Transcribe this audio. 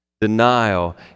Denial